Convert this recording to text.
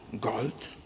gold